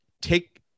take